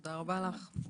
תודה רבה לך.